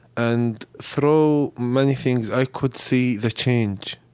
and through many things, i could see the change,